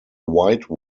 white